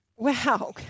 Wow